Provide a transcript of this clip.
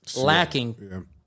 lacking